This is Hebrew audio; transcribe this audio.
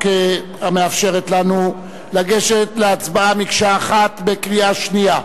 המאפשרת לנו לגשת להצבעה עליה מקשה אחת בקריאה שנייה.